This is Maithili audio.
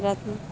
रात मे